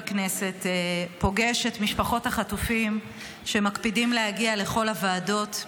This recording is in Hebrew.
פוגש את משפחות החטופים שמקפידות להגיע לכל הוועדות.